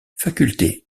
faculté